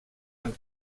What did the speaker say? amb